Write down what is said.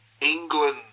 England